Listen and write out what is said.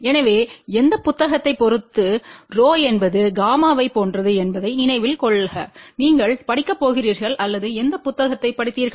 எனவே எந்த புத்தகத்தைப் பொறுத்து ரோ என்பது காமாவைப்v போன்றது என்பதை நினைவில் கொள்க நீங்கள் படிக்கப் போகிறீர்கள் அல்லது எந்த புத்தகத்தைப் படித்தீர்கள்